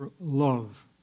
love